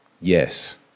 yes